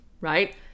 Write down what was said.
right